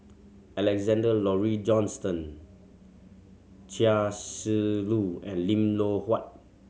Alexander Laurie Johnston Chia Shi Lu and Lim Loh Huat